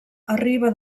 arriba